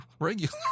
regular